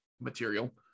material